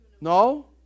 No